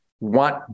Want